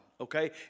okay